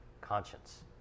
conscience